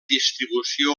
distribució